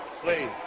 Please